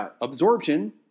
absorption